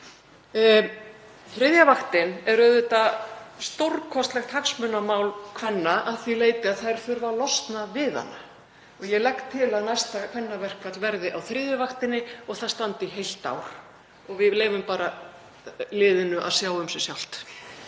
Þriðja vaktin er auðvitað stórkostlegt hagsmunamál kvenna að því leyti að þær þurfa að losna við hana. Ég legg til að næsta kvennaverkfall verði á þriðju vaktinni og það standi í heilt ár og við leyfum bara liðinu að sjá um sig sjálft.